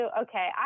okay